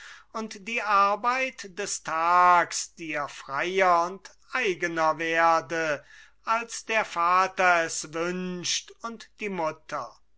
und die arbeit des tags dir freier und eigener werde als der vater es wünscht und die mutter